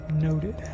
Noted